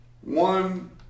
one